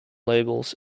labels